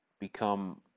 become